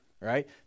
right